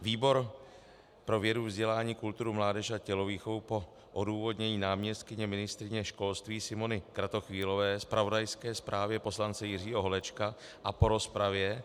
Výbor pro vědu, vzdělání, kulturu, mládež a tělovýchovu po odůvodnění náměstkyně ministryně školství Simony Kratochvílové, zpravodajské zprávě poslance Jiřího Holečka a po rozpravě